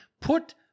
put